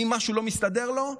ואם משהו לא מסתדר לו,